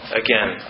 again